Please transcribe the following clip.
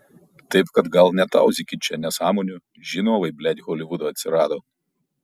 taip kad gal netauzykit čia nesąmonių žinovai blet holivudo atsirado